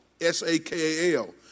S-A-K-A-L